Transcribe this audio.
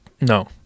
No